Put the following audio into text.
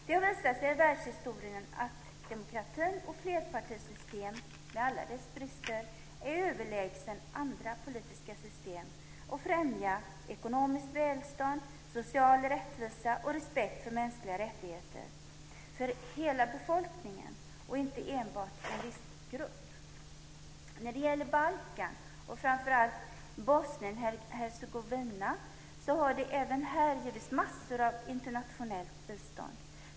Det har visat sig i världshistorien att demokrati och flerpartisystem, med alla dess brister, är överlägsna andra politiska system för att främja ekonomiskt välstånd, social rättvisa och respekt för mänskliga rättigheter för hela befolkningen och inte enbart en viss grupp. När det gäller Balkan, framför allt Bosnien och Hercegovina, har det även här givits massor av internationellt bistånd.